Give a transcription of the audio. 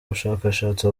bushakashatsi